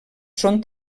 són